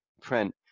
print